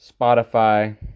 Spotify